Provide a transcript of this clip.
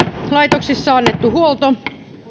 laitoksessa annettu huolto